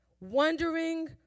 wondering